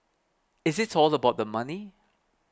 is it all about the money